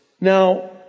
Now